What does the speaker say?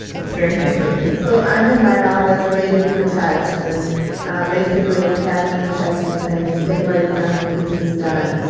that's very nice of you so i'm in my office waiting for texts. and basically, it's kathleen texting saying the statewide accounting piece is done.